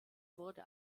wurde